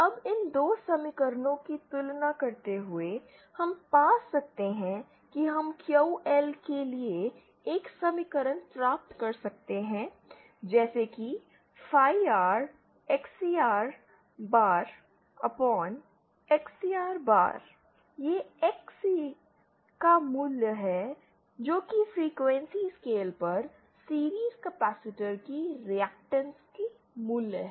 अब इन 2 समीकरणों की तुलना करते हुए हम पा सकते हैं कि हम QL के लिए एक समीकरण प्राप्त कर सकते हैं जैसे कि phi R XCR bar upon XCR bar यह XC का मूल्य है जो कि फ्रीक्वेंसी स्केल पर सीरिज़ कैपेसिटर की रिएक्टेंस की मूल्य है